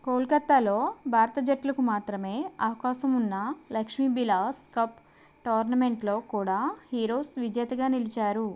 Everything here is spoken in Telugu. కోల్కత్తాలో భారత జట్లకు మాత్రమే అవకాశం ఉన్న లక్ష్మీబిలాస్ కప్ టోర్నమెంట్లో కూడా హీరోస్ విజేతగా నిలిచారు